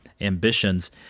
ambitions